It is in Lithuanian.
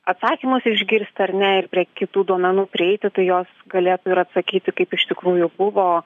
atsakymus išgirsti ar ne ir prie kitų duomenų prieiti tai jos galėtų ir atsakyti kaip iš tikrųjų buvo